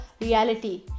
reality